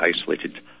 isolated